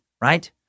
right